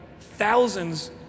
thousands